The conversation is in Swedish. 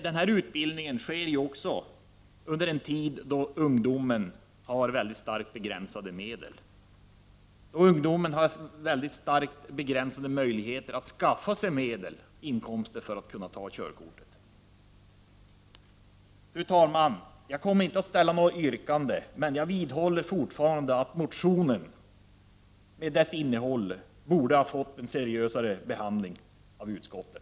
Den här utbildningen sker ju också under en tid då ungdomar har mycket starkt begränsade medel och då ungdomarna har väldigt starkt begränsade möjligheter att skaffa sig inkomster för att ta körkort. Fru talman! Jag kommer inte att ställa något yrkande, men jag vidhåller att motionen med dess innehåll borde ha fått en seriösare behandling av utskottet.